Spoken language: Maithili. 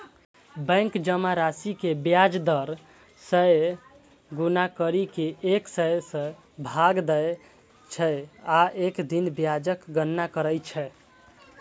बैंक जमा राशि कें ब्याज दर सं गुना करि कें एक सय सं भाग दै छै आ एक दिन ब्याजक गणना करै छै